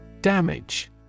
Damage